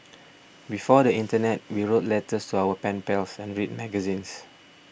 before the internet we wrote letters to our pen pals and read magazines